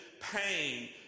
pain